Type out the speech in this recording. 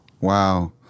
Wow